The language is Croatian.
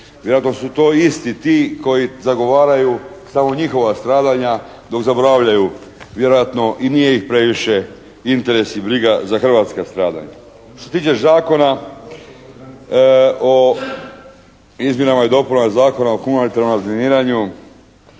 Vjerojatno su to isti ti koji zagovaraju samo njihova stradanja dok zaboravljaju vjerojatno i nije ih previše interes i briga za hrvatska stradanja. Što se tiče Zakona o izmjenama i dopunama Zakona o humanitarnom razminiranju